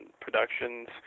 productions